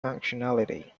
functionality